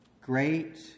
Great